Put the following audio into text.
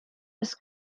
his